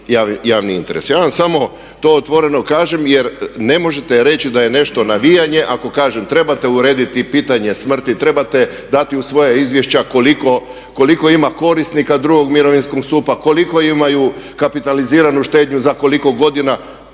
Ja vam samo to otvoreno kažem jer ne možete reći da je nešto navijanje ako kažem trebate urediti i pitanje smrti, trebate dati u svoja izvješća koliko ima korisnika drugog mirovinskog stupa, koliko imaju kapitaliziranu štednju, za koliko godina.